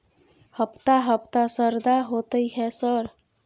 हफ्ता हफ्ता शरदा होतय है सर?